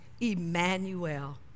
Emmanuel